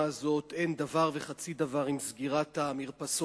הזאת אין דבר וחצי דבר עם סגירת המרפסת